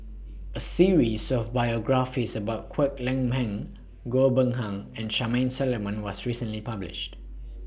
A series of biographies about Kwek Leng Beng Goh Ben Han and Charmaine Solomon was recently published